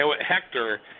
Hector